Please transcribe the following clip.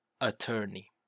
attorney